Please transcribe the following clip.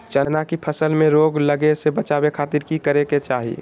चना की फसल में रोग लगे से बचावे खातिर की करे के चाही?